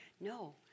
no